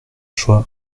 choix